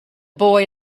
boy